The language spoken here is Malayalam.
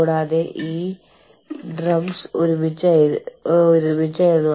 കൂടാതെ കമ്പ്യൂട്ടർ പ്രോഗ്രാമിന് ഇത് ഒരു വെല്ലുവിളിയായി മാറുന്നു